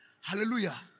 Hallelujah